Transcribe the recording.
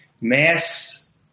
masks